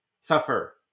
Suffer